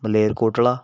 Malerkotla